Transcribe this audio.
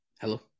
Hello